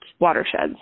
watersheds